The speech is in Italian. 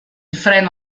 freno